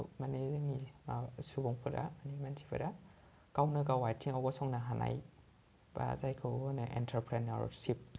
माने जोंनि माबा सुबुंफोरा माने मानसिफोरा गावनो गाव आथिंआव गसंनो हानाय बा जायखौ होनो एन्टरप्रेनिउरशिप